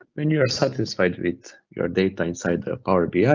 when you are satisfied with your data inside the power bi,